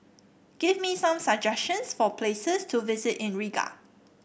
give me some suggestions for places to visit in Riga